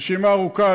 הרשימה ארוכה,